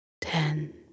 ten